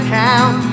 count